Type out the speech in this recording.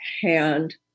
hand